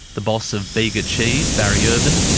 the boss of bega cheese, barry irvin,